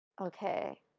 Okay